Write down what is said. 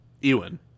Ewan